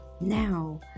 now